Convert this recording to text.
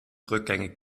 rückgängig